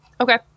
Okay